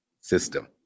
system